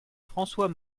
françois